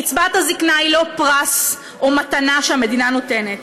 קצבת הזקנה היא לא פרס או מתנה שהמדינה נותנת,